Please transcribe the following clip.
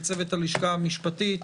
לצוות הלשכה המשפטית,